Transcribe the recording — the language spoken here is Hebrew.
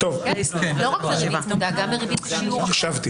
גם בריבית שיעור אחר.